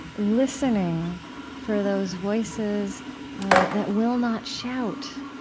listening for those voices that will not shout.